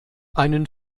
einen